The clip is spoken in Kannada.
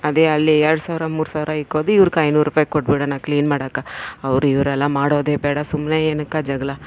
ಅದೇ ಅಲ್ಲಿ ಎರ್ಡು ಸಾವಿರ ಮೂರು ಸಾವಿರ ಇಕ್ಕೋದು ಇವ್ರ್ಗೆ ಐನೂರ್ರುಪಾಯಿ ಕೊಟ್ಬಿಡೋಣ ಕ್ಲೀನ್ ಮಾಡೋಕ್ಕೆ ಅವರು ಇವರೆಲ್ಲ ಮಾಡೋದೇ ಬೇಡ ಸುಮ್ನೆ ಏನಕ್ಕೆ ಜಗ್ಳ